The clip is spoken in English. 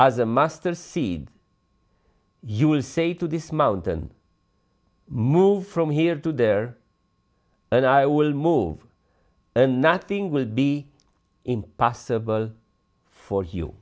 as a mustard seed you will say to this mountain move from here to there and i will move and nothing will be impossible for you